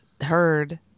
heard